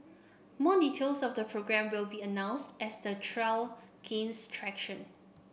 more details of the programme will be announced as the trial gains traction